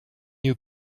you